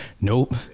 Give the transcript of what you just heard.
nope